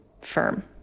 firm